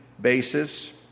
basis